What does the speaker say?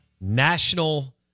national